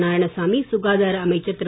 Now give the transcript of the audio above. நாராயணசாமி சுகாதார அமைச்சர் திரு